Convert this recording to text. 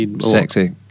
Sexy